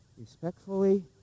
respectfully